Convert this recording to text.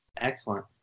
Excellent